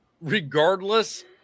regardless